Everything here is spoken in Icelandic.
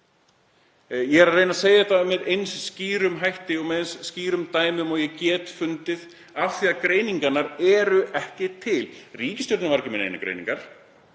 Ég er að reyna að segja þetta með eins skýrum hætti og með eins skýrum dæmum og ég get fundið af því að greiningarnar eru ekki til. Ríkisstjórnin var ekki með neinar greiningar.